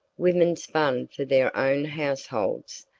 women spun for their own households,